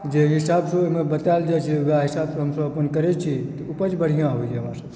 जे हिसाबसँ ओहिमे बतायल जाइ छै वएह हिसाबसँ हमसब अपन करै छी उपज बढ़िऑं होइया हमरसभकेँ